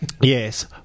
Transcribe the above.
Yes